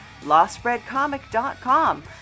LostBreadComic.com